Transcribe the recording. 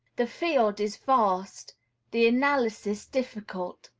the field is vast the analysis difficult.